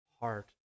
heart